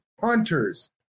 hunters